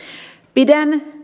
pidän